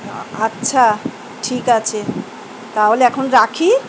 আচ্ছা ঠিক আছে তাহলে এখন রাখি